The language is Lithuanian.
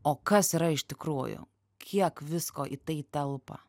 o kas yra iš tikrųjų kiek visko į tai telpa